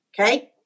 okay